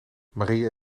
maria